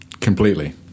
Completely